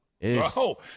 No